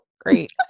great